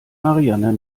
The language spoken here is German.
marianne